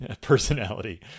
personality